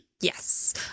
Yes